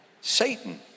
Satan